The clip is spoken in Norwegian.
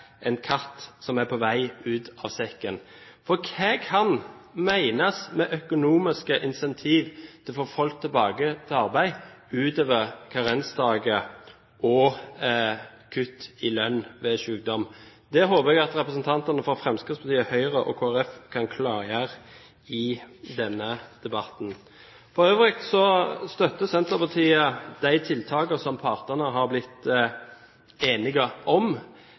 en katt som er på vei ut av sekken, for hva kan menes med økonomiske incentiver for å få folk tilbake til arbeid utover karensdager og kutt i lønn ved sykdom? Det håper jeg at representantene fra Fremskrittspartiet, Høyre og Kristelig Folkeparti kan klargjøre i denne debatten. For øvrig støtter Senterpartiet de tiltakene som partene har blitt enige om.